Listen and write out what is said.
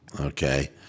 okay